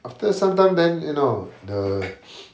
after some time then you know the